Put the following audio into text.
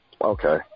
okay